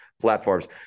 platforms